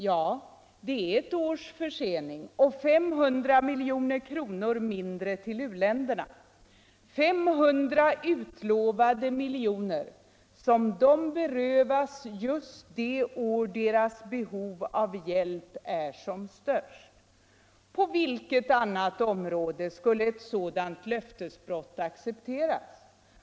Ja, det är ett års försening och 500 milj.kr. mindre till u-länderna — 500 utlovade miljoner som de berövas just det år då deras behov av hjälp är som störst. På vilket annat område skulle ett sådant löftesbrott accepteras?